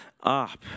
up